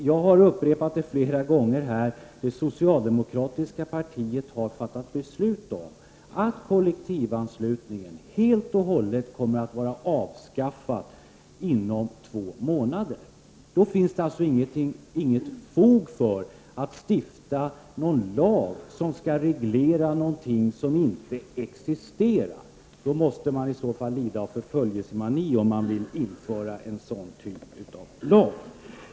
Jag har flera gånger upprepat att det socialdemokratiska partiet har fattat beslut om att kollektivanslutningen helt och hållet kommer att vara avskaffad inom två månader. Det finns alltså inget fog för att stifta en lag som skall reglera någonting som inte existerar. Om man man vill införa en sådan typ av lag måste man i så fall lida av förföljelsemani.